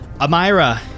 Amira